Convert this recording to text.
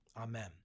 Amen